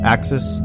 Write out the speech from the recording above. Axis